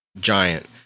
giant